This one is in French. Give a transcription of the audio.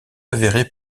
avérée